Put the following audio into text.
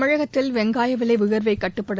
தமிழகத்தில் வெங்காய விலை உயர்வை கட்டுப்படுத்த